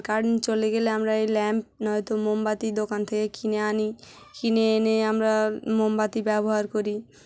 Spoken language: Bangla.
কারেন্ট চলে গেলে আমরা এই ল্যাম্প হয়তো মোমবাতি দোকান থেকে কিনে আনি কিনে এনে আমরা মোমবাতি ব্যবহার করি